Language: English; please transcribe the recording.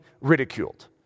ridiculed